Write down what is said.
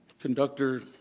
Conductor